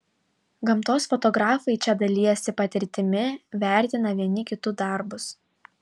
gamtos fotografai čia dalijasi patirtimi vertina vieni kitų darbus